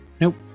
Nope